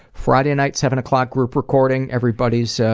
friday night seven o'clock group recording, everybody's so